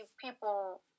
people